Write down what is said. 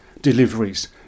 deliveries